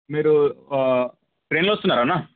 మీరు ట్రైన్లో వస్తున్నారా అన్నా